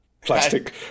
plastic